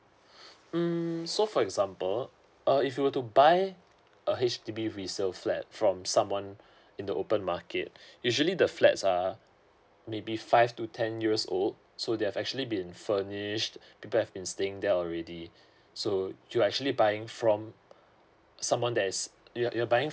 mm so for example uh if you were to buy a H_D_B resale flat from someone in the open market usually the flats are maybe five to ten years old so they have actually been furnished people have been staying in there already so you're actually buying from someone that is your you're buying